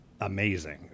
amazing